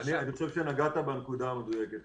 נגעת בנקודה המדויקת.